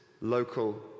local